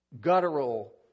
guttural